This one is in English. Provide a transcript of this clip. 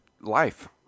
Life